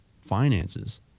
finances